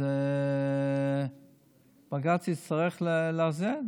אז בג"ץ יצטרך לאזן,